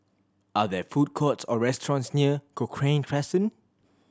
are there food courts or restaurants near Cochrane Crescent